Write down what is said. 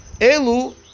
elu